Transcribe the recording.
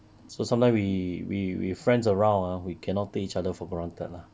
so sometimes we we we friends around ah we cannot take each other for granted lah